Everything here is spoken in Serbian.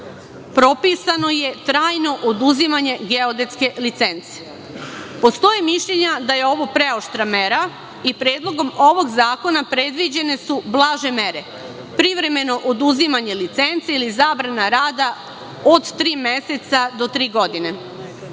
propisano je trajno oduzimanje geodetske licence. Postoji mišljenje da je ovo preoštra mera i Predlogom zakona predviđene su blaže mere – privremeno oduzimanje licence ili zabrana rada od tri meseca do tri godine.